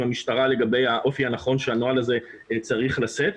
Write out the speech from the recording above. המשטרה לגבי האופי הנכון שהנוהל הזה צריך לשאת.